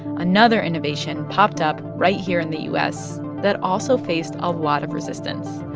another innovation popped up right here in the u s. that also faced a lot of resistance.